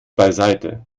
beiseite